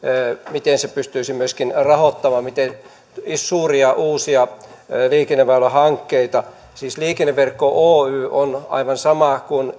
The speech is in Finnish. miten se pystyisi myöskin rahoittamaan miten suuria uusia liikenneväylähankkeita siis liikenneverkko oy on aivan sama kuin